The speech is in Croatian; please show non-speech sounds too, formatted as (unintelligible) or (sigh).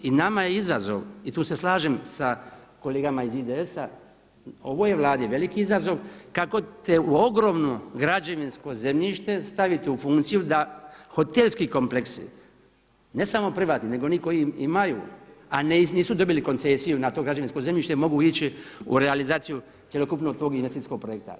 I nama je izazov i tu se slažem sa kolegama iz IDS-a, ovo je Vladi veliki izazov kako, … (unintelligible) ogromno građevinsko zemljište stavite u funkciju da hotelski kompleksi, ne samo privatni nego i oni koji imaju a nisu dobili koncesiju na to građevinsko zemljište mogu ići u realizaciju cjelokupnog tog investicijskog projekta.